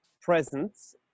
presence